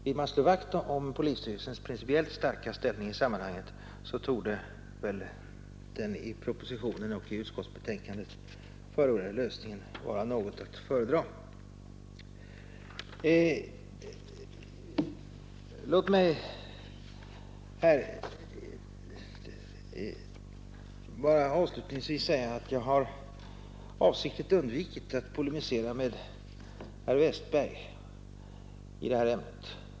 Vill man slå vakt om polisstyrelsens principiellt starka ställning i sammanhanget, torde den i propositionen och i utskottsbetänkandet förordade lösningen vara att föredra. Låt mig avslutningsvis säga att jag avsiktligt har undvikit att polemisera med herr Westberg i Ljusdal i det här ämnet.